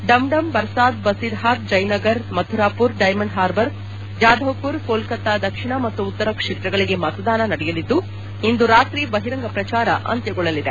Dum Dum Barasat Basirhat Jaynagar Mathurapur Diamond Harbour Jadavpur Kolkata ದಕ್ಷಿಣ ಮತ್ತು ಕೊಲ್ಕತಾ ಉತ್ತರ ಕ್ಷೇತ್ರಗಳಿಗೆ ಮತದಾನ ನಡೆಯಲಿದ್ದು ಇಂದು ರಾತ್ರಿ ಬಹಿರಂಗ ಪ್ರಚಾರ ಅಂತ್ಯಗೊಳ್ಳಲಿದೆ